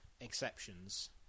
exceptions